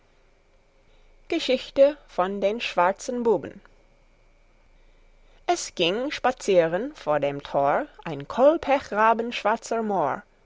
geschichte von den schwarzen buben es ging spazieren vor dem tor ein kohlpechrabenschwarzer mohr